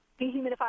dehumidify